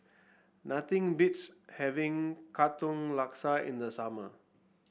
nothing beats having Katong Laksa in the summer